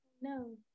No